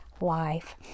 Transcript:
life